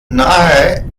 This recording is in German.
nahe